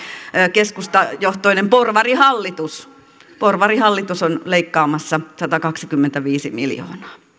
keskustajohtoinen porvarihallitus porvarihallitus on leikkaamassa satakaksikymmentäviisi miljoonaa